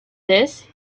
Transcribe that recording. this